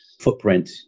footprint